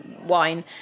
wine